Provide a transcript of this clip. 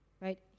right